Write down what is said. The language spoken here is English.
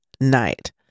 night